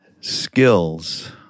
skills